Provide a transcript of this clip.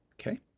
Okay